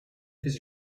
his